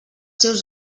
seus